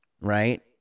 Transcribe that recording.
Right